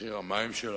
מחיר המים שלה?